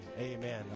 amen